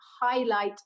highlight